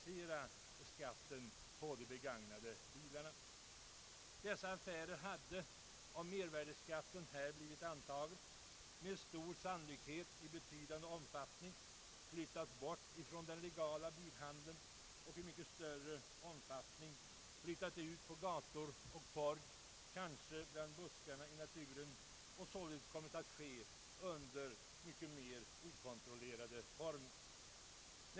Om mervärdeskatt på begagnade bilar hade beslutats, hade med stor sannolikhet bilaffärerna i betydande omfattning flyttat bort från den legala bilhandeln ut på gator och torg eller ut i buskarna och således kommit att ske under mera okontrollerade former.